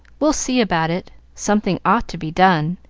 we'll see about it. something ought to be done,